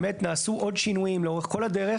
באמת נעשו עוד שינויים לאורך כל הדרך